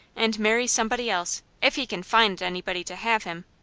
and marry somebody else, if he can find anybody to have him?